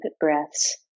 breaths